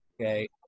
Okay